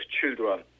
children